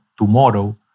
tomorrow